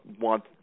want